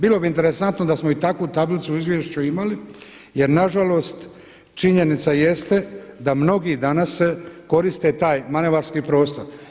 Bilo bi interesantno da smo i takvu tablicu u izvješću imali jer nažalost činjenica jeste da mnogi danas koriste taj manevarski prostor.